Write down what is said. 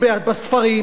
לא הסופרים,